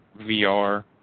VR